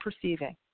perceiving